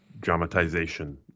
dramatization